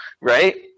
Right